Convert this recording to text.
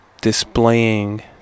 displaying